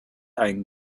einen